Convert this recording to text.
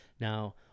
Now